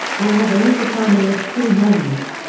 i have a little family of three names.